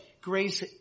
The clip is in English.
grace